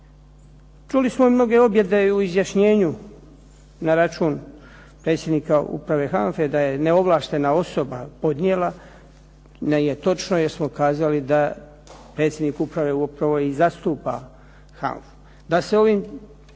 Čuli smo i mnoge objede u izjašnjenju na račun predsjednika uprave HANFA-e da je neovlaštena osoba podnijela, …/Govornik se ne razumije./… točno, jer smo kazali da predsjednik uprave upravo i zastupa HANFA-u.